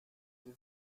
die